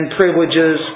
privileges